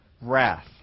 wrath